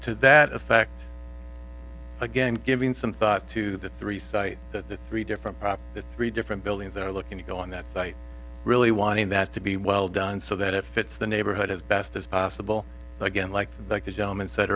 to that effect again giving some thought to the three site that the three different crops the three different buildings that are looking to go on that site really wanting that to be well done so that it fits the neighborhood as best as possible again like that gentleman said